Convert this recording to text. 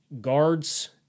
guards